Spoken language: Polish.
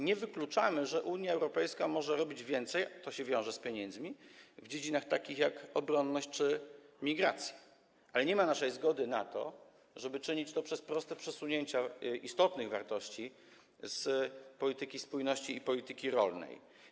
Nie wykluczamy, że Unia Europejska może robić więcej, to się wiąże z pieniędzmi, w dziedzinach takich jak obronność czy migracje, ale nie ma naszej zgody na to, żeby czynić to przez proste przesunięcia istotnych wartości z polityki spójności i polityki rolnej.